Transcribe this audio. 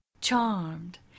Charmed